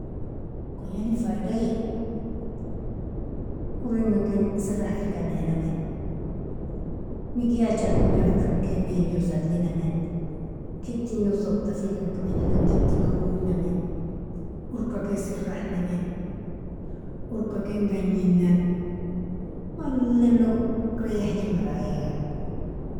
Kojnalin faidaie, oringa ken serahfieka ninamim, mikyaj adlin firgikan ken minjosa adlinamin, kitni zabtafikan ken minja ken kitinga gonjamin orka ken serahnamin orka ken ganjinan malilo ryahjin maraya yani.